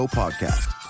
podcast